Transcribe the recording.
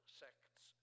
sects